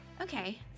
Okay